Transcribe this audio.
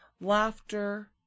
laughter